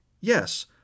yes